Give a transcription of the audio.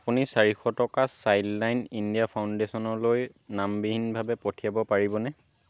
আপুনি চাৰিশ টকা চাইল্ডলাইন ইণ্ডিয়া ফাউণ্ডেশ্যনলৈ নামবিহীনভাৱে পঠিয়াব পাৰিবনে